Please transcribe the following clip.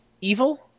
Evil